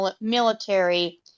military